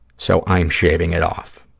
so, i am shaving it off.